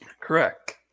Correct